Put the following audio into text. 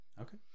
Okay